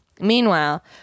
Meanwhile